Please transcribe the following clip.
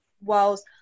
whilst